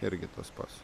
irgi tas pats